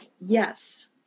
yes